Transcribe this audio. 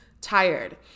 tired